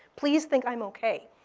please think i'm' okay.